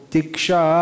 Diksha